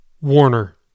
Warner